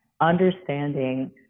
understanding